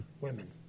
women